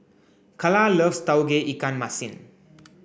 Kala loves Tauge Ikan Masin